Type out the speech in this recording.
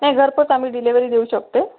नाही घरपोच आम्ही डिलेव्हरी देऊ शकते